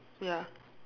ya